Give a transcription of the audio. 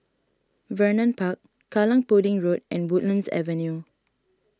Vernon Park Kallang Pudding Road and Woodlands Avenue